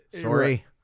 Sorry